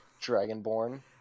Dragonborn